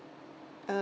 uh